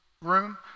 room